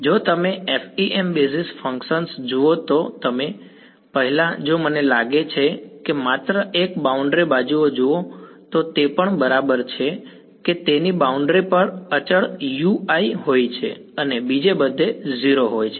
જો તમે FEM basis functions જુઓ તો તેઓ પણ જો મને લાગે છે કે માત્ર એક બાઉન્ડ્રી બાજુઓ જુઓ તો તે પણ બરાબર છે કે તેની બાઉન્ડ્રી પર અચળ U i હોય છે અને બીજે બધે 0 હોય છે